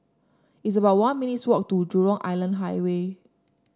it's about one minutes' walk to Jurong Island Highway